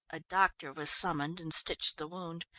a doctor was summoned and stitched the wound.